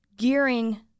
gearing